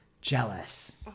jealous